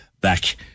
back